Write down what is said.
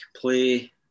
play